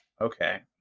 Okay